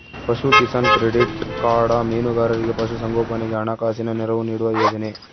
ಪಶುಕಿಸಾನ್ credit card ಮೀನುಗಾರರಿಗೆ ಪಶು ಸಂಗೋಪನೆಗೆ ಹಣಕಾಸಿನ ನೆರವು ನೀಡುವ ಯೋಜನೆ